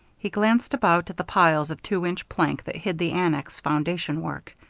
he glanced about at the piles of two-inch plank that hid the annex foundation work.